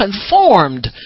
conformed